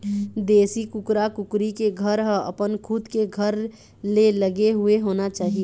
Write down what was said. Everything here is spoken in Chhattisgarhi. देशी कुकरा कुकरी के घर ह अपन खुद के घर ले लगे हुए होना चाही